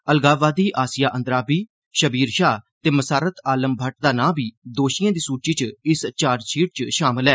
अलगाववादी आसिया अंद्राबी शब्बीर शाह ते मसारत आलम भट्ट दा नां बी दोशिएं दी सूचि च इस चार्जशीट च शामल ऐ